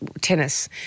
tennis